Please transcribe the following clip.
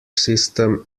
system